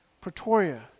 Pretoria